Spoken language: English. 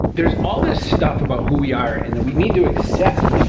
there's all this stuff about who we are, and that we need to accept.